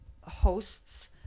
hosts